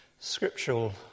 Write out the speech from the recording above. Scriptural